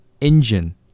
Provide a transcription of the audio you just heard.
engine